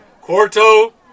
Quarto